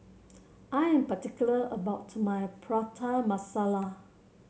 I am particular about my Prata Masala